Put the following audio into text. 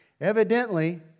Evidently